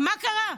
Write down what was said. מה קרה?